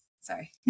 sorry